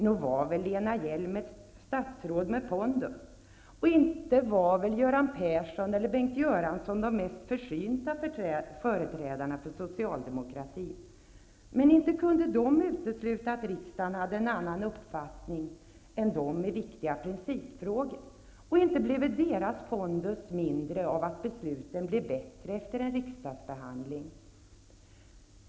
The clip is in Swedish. Nog var Lena Hjelm-Wallén ett statsråd med pondus, och inte var Göran Persson eller Bengt Göransson de mest försynta företrädarna för socialdemokratin, men inte kunde de utesluta att riksdagen hade en annan uppfattning än de i viktiga principfrågor. Och inte blev deras pondus mindre av att besluten blev bättre efter en riksdagsbehandling.